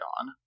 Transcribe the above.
on